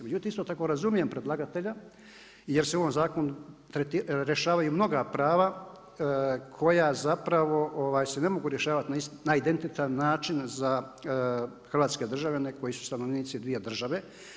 Međutim, isto tako razumijem predlagatelja jer se u ovom zakonu rješavaju i mnoga prava koja zapravo se ne mogu rješavati na identičan način za hrvatske države nego koji su stanovnici dvije države.